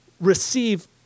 receive